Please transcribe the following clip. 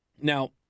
Now